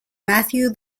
matthew